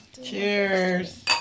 Cheers